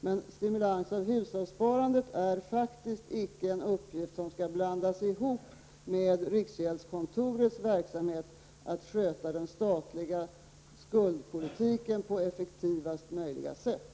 Men stimulans av hushållssparandet är faktiskt icke en uppgift som skall blandas ihop med riksgäldskontorets verksamhet att sköta den statliga skuldpolitiken på effektivaste möjliga sätt.